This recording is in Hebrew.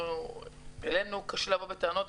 אלינו קשה לבוא בטענות,